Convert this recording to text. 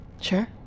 Sure